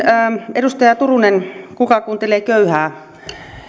edustaja turunen kuka kuuntelee köyhää